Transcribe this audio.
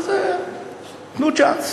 תנו צ'אנס.